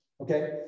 Okay